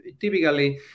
typically